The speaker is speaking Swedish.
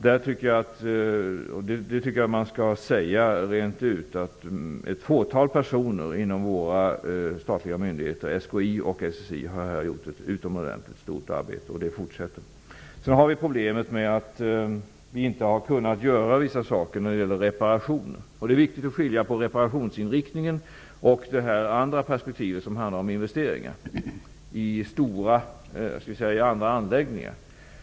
Jag tycker att man skall säga rent ut att ett fåtal personer inom våra statliga myndigheter SKI och SSI här har gjort ett utomordentligt stort arbete, som också fortsätter. Ett problem är att vi inte har kunnat göra vissa saker när det gäller reparationer. Det är viktigt att skilja på reparationsinriktningen och det perspektiv som handlar om investeringar i andra anläggningar.